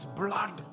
blood